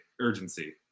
urgency